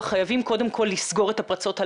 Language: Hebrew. חייבים קודם כל לסגור את הפרצות הללו.